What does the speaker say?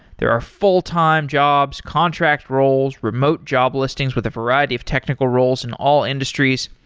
there are full-time jobs, contract roles, remote job listings with a variety of technical roles in all industries,